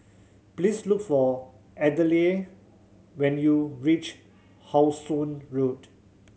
please look for Adelaide when you reach How Sun Road